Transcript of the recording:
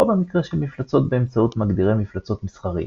או במקרה של מפלצות באמצעות מגדירי מפלצות מסחריים.